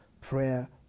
prayer